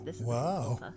wow